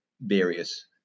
various